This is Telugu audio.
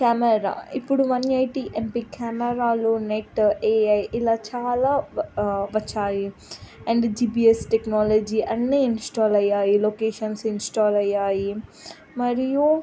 కెమెరా ఇప్పుడు వన్ ఎయిటీ ఎంపీ కెమెరాలు నెట్ ఏఐ ఇలా చాలా వచ్చాయి అండ్ జిపిఎస్ టెక్నాలజీ అన్నీ ఇన్స్టాల్ అయ్యాయి లొకేషన్స్ ఇన్స్టాల్ అయ్యాయి మరియు